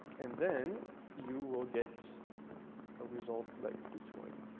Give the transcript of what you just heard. and then you will get a result like this one.